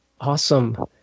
Awesome